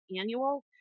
annual